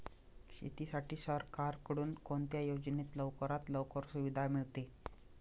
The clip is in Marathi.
शेतीसाठी सरकारकडून कोणत्या योजनेत लवकरात लवकर सुविधा मिळते?